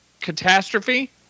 catastrophe